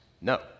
No